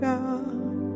God